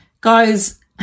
Guys